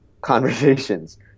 conversations